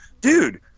Dude